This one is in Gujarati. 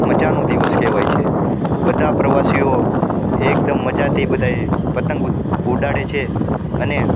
મજાનો દિવસ કેહવાય છે બધા પ્રવાસીઓ એકદમ મજાથી બધા પતંગ ઉડાવે અને